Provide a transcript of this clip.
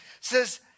Says